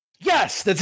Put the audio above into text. Yes